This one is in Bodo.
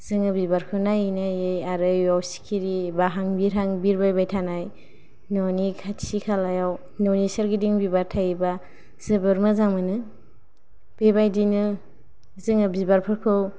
जोङो बिबारखौ नायै नायै आरो बेयाव सिखिरि बाहां बिरहां बिरबायबाय थानाय न'नि खाथि खालायाव ननि सोरगिदिं बिबार थायोबा जोबोर मोजां मोनो बेबायदिनो जोङो बिबार फारखौ